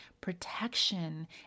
protection